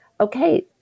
okay